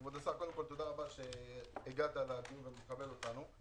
כבוד השר, תודה שהגעת לדיון ואתה מכבד אותנו.